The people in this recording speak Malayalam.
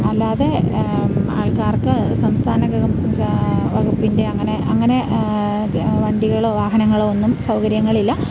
അല്ലാതെ ആള്ക്കാര്ക്ക് സംസ്ഥാന വകുപ്പിന്റെ അങ്ങനെ അങ്ങനെ വണ്ടികളോ വാഹനങ്ങളോ ഒന്നും സൗകര്യങ്ങളില്ല